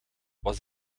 was